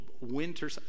winter